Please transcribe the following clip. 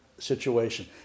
situation